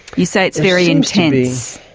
you say it's very intense.